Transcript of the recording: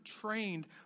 trained